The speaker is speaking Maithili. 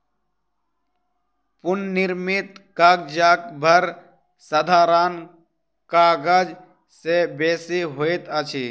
पुनःनिर्मित कागजक भार साधारण कागज से बेसी होइत अछि